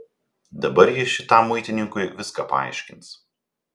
dabar ji šitam muitininkui viską paaiškins